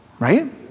right